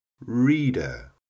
reader